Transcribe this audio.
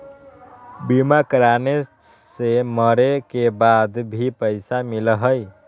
बीमा कराने से मरे के बाद भी पईसा मिलहई?